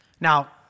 Now